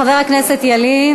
חבר הכנסת ילין.